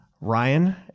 Ryan